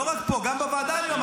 לא רק פה, גם בוועדה אני אמרתי את זה.